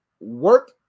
Work